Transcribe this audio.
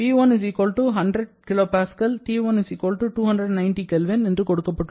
P1 100 kPa T1 290 K என்று கொடுக்கப்பட்டு உள்ளது